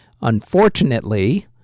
Unfortunately